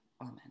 Amen